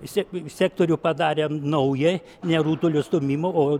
sek sektorių padarėm naują ne rutulio stūmimo o